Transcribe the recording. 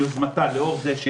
זה לא רק זה,